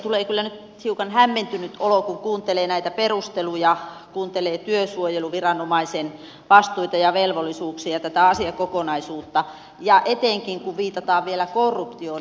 tulee kyllä nyt hiukan hämmentynyt olo kun kuuntelee näitä perusteluja kuuntelee työsuojeluviranomaisen vastuita ja velvollisuuksia tätä asiakokonaisuutta ja etenkin kun viitataan vielä korruptioon